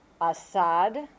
Assad